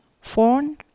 phone